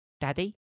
Daddy